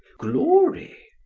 glory?